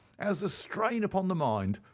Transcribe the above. as the strain upon the mind.